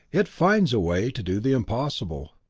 it finds a way to do the impossible.